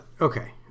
Okay